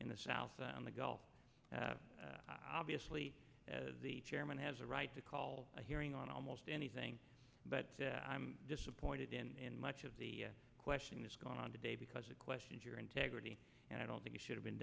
in the south on the gulf i obviously as the chairman has a right to call a hearing on almost anything but i'm disappointed and much of the question is going on today because of questions your integrity and i don't think you should have been